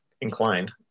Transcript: inclined